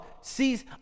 sees